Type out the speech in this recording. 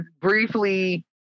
briefly